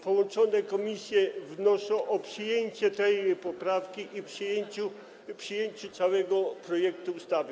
Połączone komisje wnoszą o przyjęcie tej poprawki i przyjęcie całego projektu ustawy.